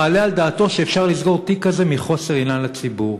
מעלה על דעתו שאפשר לסגור תיק כזה מחוסר עניין לציבור.